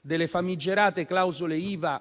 delle famigerate clausole IVA,